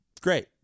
Great